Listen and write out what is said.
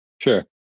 Sure